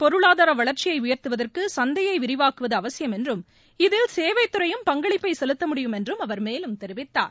பொருளாதார வளர்ச்சியய உயர்த்துவதற்கு சந்தையை விரிவாக்குவது அவசியம் என்றும் இதில் சேவைத்துறையும் பங்களிப்பை செலுத்தமுடியும் என்றும் அவர் மேலும் தெரிவித்தார்